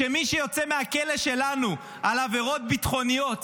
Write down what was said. שמי שיוצא מהכלא שלנו על עבירות ביטחוניות